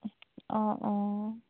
অঁ অঁ